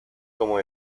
como